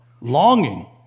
longing